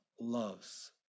loves